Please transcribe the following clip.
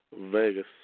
Vegas